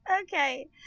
Okay